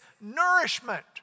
nourishment